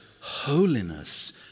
holiness